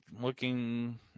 looking